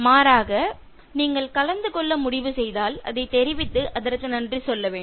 மாறாக நீங்கள் கலந்து கொள்ள முடிவு செய்தால் அதை தெரிவித்து அதற்கு நன்றி சொல்ல வேண்டும்